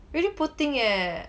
really poor thing eh